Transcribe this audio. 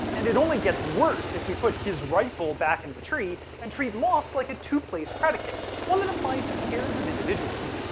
and it only gets worse if we put his rifle back in the tree and treat lost like a two-place predicate one that applies to pairs of individuals.